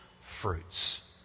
fruits